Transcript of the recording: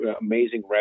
amazing